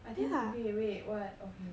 I think okay wait what okay